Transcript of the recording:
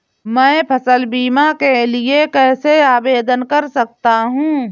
मैं फसल बीमा के लिए कैसे आवेदन कर सकता हूँ?